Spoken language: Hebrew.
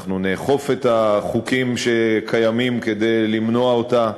אנחנו נאכוף את החוקים שקיימים כדי למנוע אותה